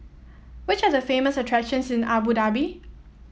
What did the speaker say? which are the famous attractions in Abu Dhabi